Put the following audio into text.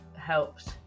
helped